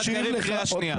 גלעד קריב, קריאה שנייה.